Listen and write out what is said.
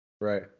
Right